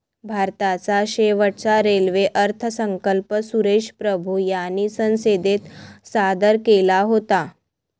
भारताचा शेवटचा रेल्वे अर्थसंकल्प सुरेश प्रभू यांनी संसदेत सादर केला होता